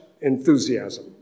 enthusiasm